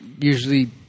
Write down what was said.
usually